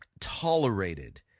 tolerated